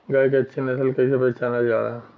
गाय के अच्छी नस्ल कइसे पहचानल जाला?